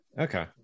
Okay